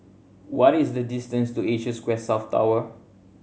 what is the distance to Asia Square South Tower